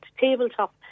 tabletop